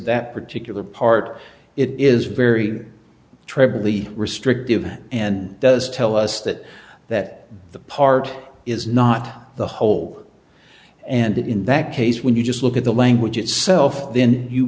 that particular part it is very tripoli restrictive and does tell us that that the part is not the whole and in that case when you just look at the language itself then you